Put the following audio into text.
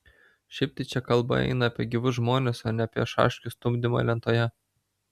šiaip tai čia kalba eina apie gyvus žmones o ne apie šaškių stumdymą lentoje